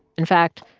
in fact,